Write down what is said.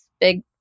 big